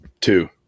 Two